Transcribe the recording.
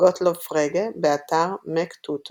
גוטלוב פרגה, באתר MacTutor